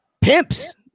Pimps